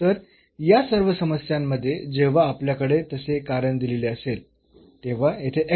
तर या सर्व समस्यांमध्ये जेव्हा आपल्याकडे तसे कारण दिलेले असेल तेव्हा येथे